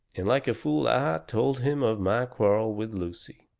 and like a fool i told him of my quarrel with lucy.